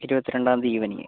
ഇരുപത്തി രണ്ടാം തീയതി ഈവെനിംഗ്